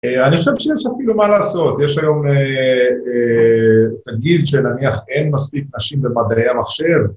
אני חושב שיש אפילו מה לעשות, יש היום תנגיד שלנמיח אין מספיק נשים במדעי המחשב.